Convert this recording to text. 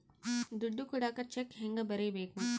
ದುಡ್ಡು ಕೊಡಾಕ ಚೆಕ್ ಹೆಂಗ ಬರೇಬೇಕು?